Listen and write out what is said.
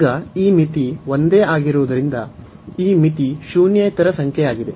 ಈಗ ಈ ಮಿತಿ ಒಂದೇ ಆಗಿರುವುದರಿಂದ ಈ ಮಿತಿ ಶೂನ್ಯೇತರ ಸಂಖ್ಯೆಯಾಗಿದೆ